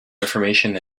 reformation